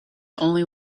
only